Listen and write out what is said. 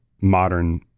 modern